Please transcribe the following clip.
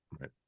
Right